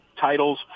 titles